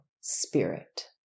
spirit